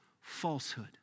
falsehood